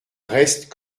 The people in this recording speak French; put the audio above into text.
restent